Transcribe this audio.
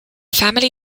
family